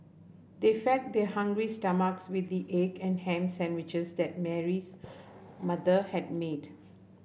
they fed their hungry stomachs with the egg and ham sandwiches that Mary's mother had made